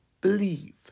believe